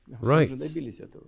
Right